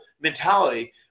mentality